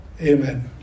Amen